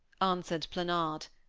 answered planard.